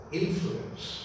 influence